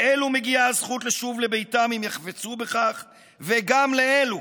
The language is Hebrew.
לאלו מגיעה הזכות לשוב לביתם אם יחפצו בכך וגם לאלו.